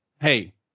hey